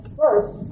first